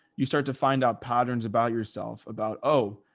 you start to find out patterns about yourself about, oh,